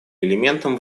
элементом